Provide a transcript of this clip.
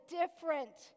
different